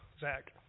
Zach